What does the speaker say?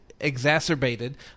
exacerbated